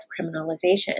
criminalization